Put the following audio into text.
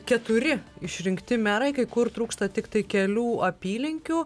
keturi išrinkti merai kai kur trūksta tiktai kelių apylinkių